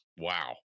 wow